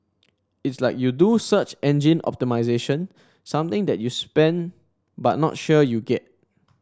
it's like you do search engine optimisation something that you spend but not sure you get